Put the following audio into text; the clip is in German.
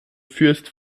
fürst